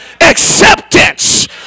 acceptance